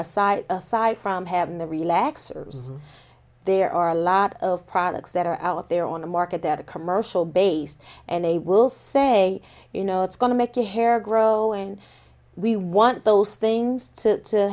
a side aside from having the relaxer there are a lot of products that are out there on the market that a commercial base and they will say you know it's going to make your hair grow and we want those things to